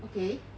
okay